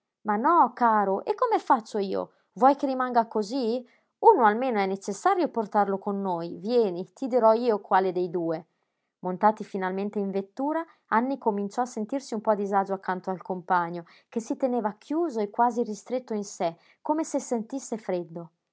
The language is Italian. ma no caro e come faccio io vuoi che rimanga cosí uno almeno è necessario portarlo con noi vieni ti dirò io quale dei due montati finalmente in vettura anny cominciò a sentirsi un po a disagio accanto al compagno che si teneva chiuso e quasi ristretto in sé come se sentisse freddo